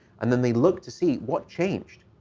and then they look to see what changed.